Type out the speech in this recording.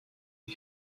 and